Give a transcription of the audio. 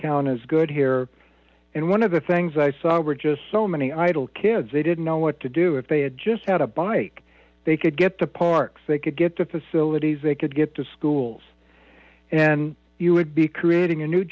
count is good here and one of the things i saw were just so many idle kids they didn't know what to do if they had just had a bike they could get the parks they could get the facilities they could get to schools and you would be creating a new